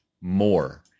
more